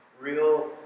real